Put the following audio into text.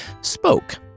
spoke